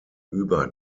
über